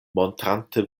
montrante